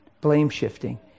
Blame-shifting